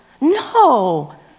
No